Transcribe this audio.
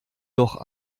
doch